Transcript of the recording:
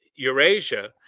Eurasia